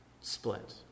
split